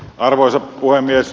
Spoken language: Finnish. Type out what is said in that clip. arvoisa puhemies